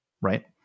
right